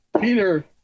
Peter